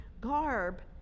garb